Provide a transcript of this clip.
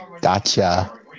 Gotcha